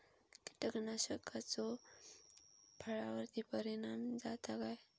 कीटकनाशकाचो फळावर्ती परिणाम जाता काय?